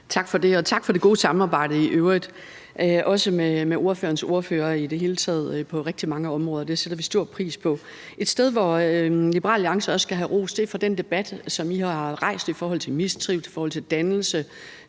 tak for det gode samarbejde i øvrigt, også med ordførerens parti i det hele taget på rigtig mange områder, det sætter vi stor pris på. Et sted, hvor Liberal Alliance også skal have ros, er for den debat, som I har rejst i forhold til mistrivsel, i forhold til dannelse,